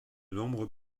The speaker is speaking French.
nombreux